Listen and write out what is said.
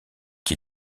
qui